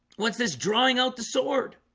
what's this drawing out the sword?